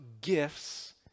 gifts